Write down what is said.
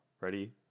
Ready